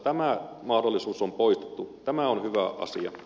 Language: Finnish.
tämä mahdollisuus on poistettu tämä on hyvä asia